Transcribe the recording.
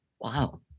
Wow